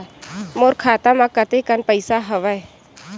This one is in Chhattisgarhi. मोर खाता म कतेकन पईसा हवय?